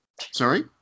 Sorry